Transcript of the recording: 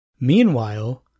Meanwhile